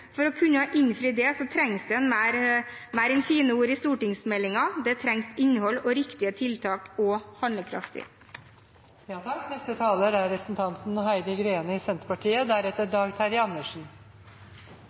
For å kunne innfri det trengs det mer enn fine ord i stortingsmeldinger. Det trengs innhold og riktige tiltak og handlekraft. Senterpartiet